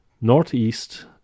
Northeast